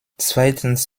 zweitens